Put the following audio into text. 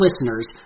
listeners